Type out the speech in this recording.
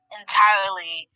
entirely